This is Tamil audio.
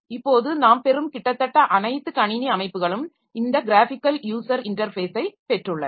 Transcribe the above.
இப்போது நாம் பெறும் கிட்டத்தட்ட அனைத்து கணினி அமைப்புகளும் இந்த க்ராஃபிக்கல் யூஸர் இன்டர்ஃபேஸை பெற்றுள்ளன